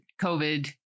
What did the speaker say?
COVID